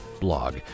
Blog